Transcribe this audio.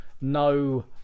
no